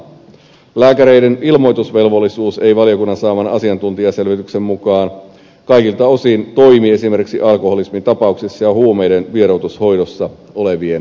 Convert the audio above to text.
lääkäreiden ilmoitusvelvollisuus ei valiokunnan saaman asiantuntijaselvityksen mukaan kaikilta osin toimi esimerkiksi alkoholismitapauksissa ja huumeiden vieroitushoidossa olevien kohdalla